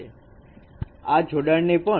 તેથી હવે તમારી પાસે તે મુજબની નેબરહુડ ડેફીનેશન છે